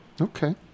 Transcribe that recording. Okay